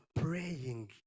praying